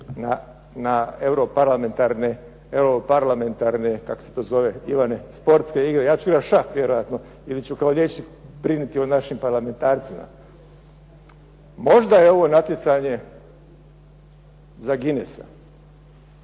Hrvatske na Europarlamentarne sportske igre ja ću igrati šah vjerojatno, ili ću kao liječnik brinuti o našim parlamentarcima. Možda je ovo natjecanje za Guinessa,